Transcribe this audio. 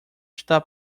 está